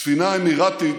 ספינה אמירתית